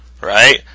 Right